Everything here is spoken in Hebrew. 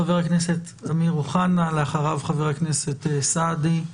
חבר הכנסת אמיר אוחנה, ואחריו חבר הכנסת סעדי.